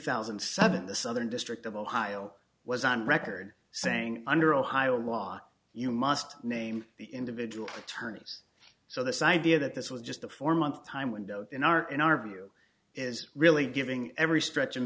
thousand and seven the southern district of ohio was on record saying under ohio law you must name the individual attorneys so this idea that this was just a four month time window in our in our view is really giving every stretching